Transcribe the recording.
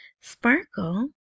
Sparkle